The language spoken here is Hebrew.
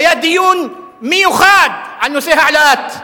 היה דיון מיוחד על נושא העלאת המחירים.